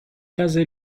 case